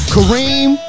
Kareem